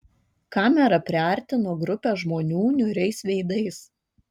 kamera priartino grupę žmonių niūriais veidais